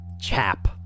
chap